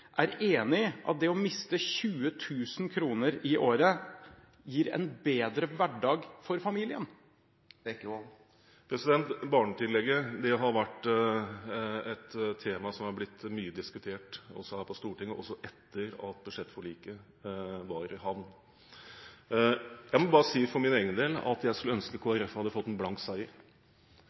er enig i at det å miste 20 000 kr i året gir en bedre hverdag for familien? Barnetillegget har vært et tema som har blitt mye diskutert, også her på Stortinget, også etter at budsjettforliket var i havn. Jeg må bare si for min egen del at jeg skulle ønske Kristelig Folkeparti hadde fått en